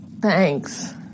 Thanks